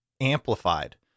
amplified